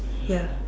ya